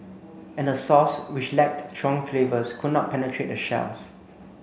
and the sauce which lacked strong flavours could not penetrate the shells